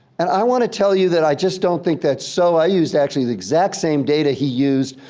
and i want to tell you that i just don't think that's so. i used actually the exact same data he used.